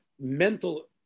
mental